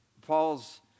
Paul's